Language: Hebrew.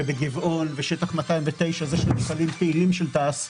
בגבעון; בשטח 209 אלה שני מפעלים פעילים של תע"ש,